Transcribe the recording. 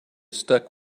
stuck